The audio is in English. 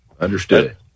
Understood